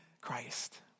Christ